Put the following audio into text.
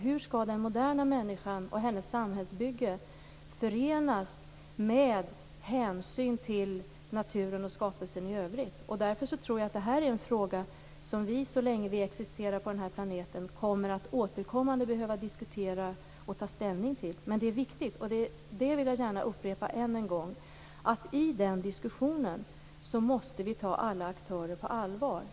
Hur skall den moderna människan och hennes samhällsbygge förenas med naturen och skapelsen i övrigt? Jag tror att det är en fråga som vi så länge vi existerar på denna planet återkommande kommer att behöva diskutera och ta ställning till. Det är viktigt - det vill jag gärna upprepa än en gång - att vi i den diskussionen tar alla aktörer på allvar.